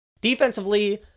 Defensively